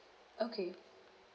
okay